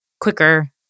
quicker